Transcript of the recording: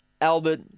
Albert